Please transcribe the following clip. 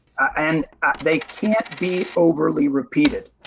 and they can't be overly repeated.